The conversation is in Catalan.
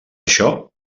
això